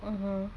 mmhmm